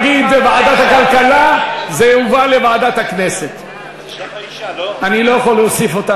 יש הצעה לוועדת חינוך והצעה לוועדת חוקה,